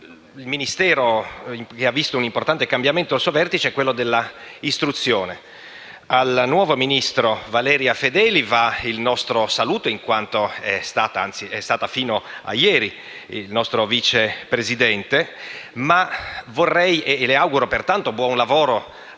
Un Ministero che ha visto un importante cambiamento al suo vertice è quello dell'istruzione. Al nuovo ministro Valeria Fedeli va il nostro saluto, in quanto è stata fino a ieri la nostra Vice Presidente, e le auguro pertanto buon lavoro anche